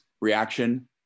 reaction